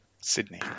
Sydney